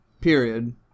Period